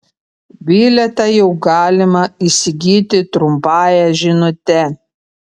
bilietą jau galima įsigyti trumpąja žinute